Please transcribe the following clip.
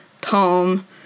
Tom